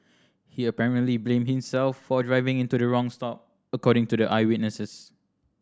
he apparently blamed himself for driving into the wrong stop according to the eyewitness